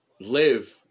live